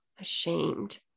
ashamed